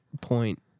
Point